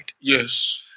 Yes